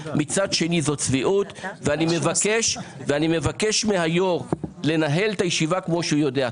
מצד שני זאת צביעות ואני מבקש מהיו"ר לנהל את הישיבה כמו שהוא יודע,